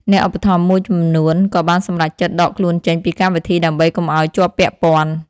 អ្នកឧបត្ថម្ភមួយចំនួនក៏បានសម្រេចចិត្តដកខ្លួនចេញពីកម្មវិធីដើម្បីកុំឲ្យជាប់ពាក់ព័ន្ធ។